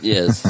Yes